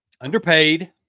Underpaid